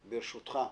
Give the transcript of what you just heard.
ברשותך,